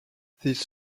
this